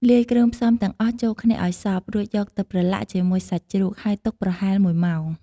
លាយគ្រឿងផ្សំទាំងអស់ចូលគ្នាឱ្យសព្វ រួចយកទៅប្រឡាក់ជាមួយសាច់ជ្រូក ហើយទុកប្រហែល ១ ម៉ោង។